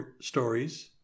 stories